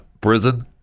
prison